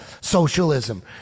socialism